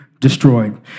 destroyed